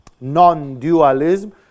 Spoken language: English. non-dualism